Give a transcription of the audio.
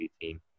team